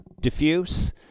diffuse